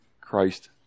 Christ